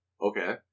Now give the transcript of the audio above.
Okay